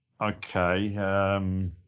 okay